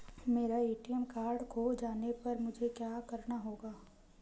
मेरा ATM card खो जाने पर मुझे क्या करना होगा?